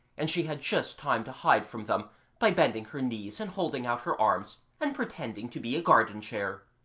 and she had just time to hide from them by bending her knees and holding out her arms and pretending to be a garden chair.